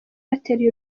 bateruye